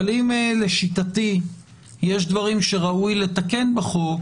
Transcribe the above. אבל אם לשיטתי יש דברים שראוי לתקן בחוק,